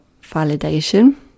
validation